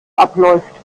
abläuft